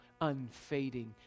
unfading